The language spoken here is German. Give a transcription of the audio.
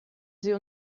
sie